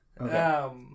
Okay